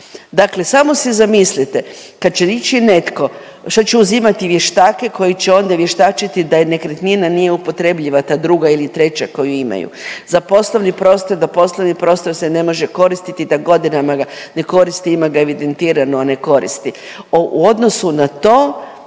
Dakle samo se zamislite, kad će ići netko, šta će uzimati vještake koji će onda vještačiti da je nekretnina nije upotrebljiva ta druga ili treća koju imaju. Za poslovni prostor, da poslovni prostor se ne može koristiti da godinama ga ne koristi, ima ga evidentirano, a ne koristi. U odnosu na to